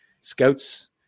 scouts